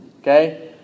Okay